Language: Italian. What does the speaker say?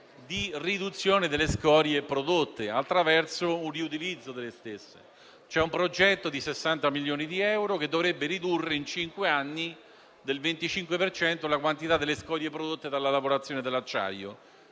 di riduzione delle scorie prodotte, attraverso un riutilizzo delle stesse. C'è un progetto di 60 milioni di euro, che dovrebbe ridurre in cinque anni del 25 per cento la quantità delle scorie prodotte dalla lavorazione dell'acciaio.